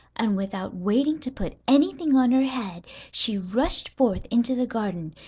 and without waiting to put anything on her head she rushed forth into the garden.